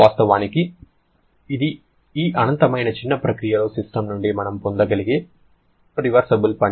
వాస్తవానికి ఇది ఈ అనంతమైన చిన్న ప్రక్రియలో సిస్టమ్ నుండి మనం పొందగలిగే రివర్సిబుల్ పని